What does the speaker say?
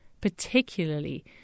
particularly